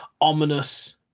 ominous